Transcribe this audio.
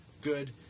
good